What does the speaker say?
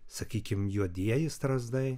sakykime juodieji strazdai